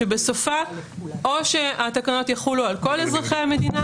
שבסופה או שהתקנות יחולו על כל אזרחי המדינה,